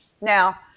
now